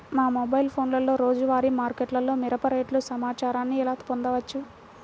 మా మొబైల్ ఫోన్లలో రోజువారీ మార్కెట్లో మిరప రేటు సమాచారాన్ని ఎలా పొందవచ్చు?